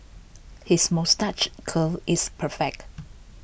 his moustache curl is perfect